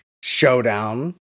showdown